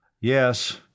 Yes